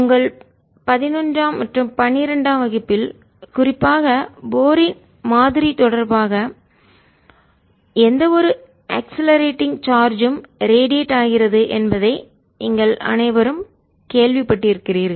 உங்கள் பதினொன்றாம் பன்னிரெண்டாம் வகுப்பில் குறிப்பாக போரின் மாதிரி தொடர்பாக எந்தவொரு அக்ஸ்லரேட்டிங் சார்ஜ்ம் ரேடியேட் ஆகிறது என்பதை நீங்கள் அனைவரும் கேள்விப்பட்டிருக்கிறீர்கள்